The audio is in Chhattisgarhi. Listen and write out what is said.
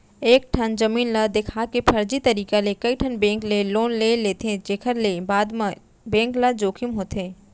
एकेठन जमीन ल देखा के फरजी तरीका ले कइठन बेंक ले लोन ले लेथे जेखर ले बाद म बेंक ल जोखिम होथे